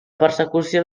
persecució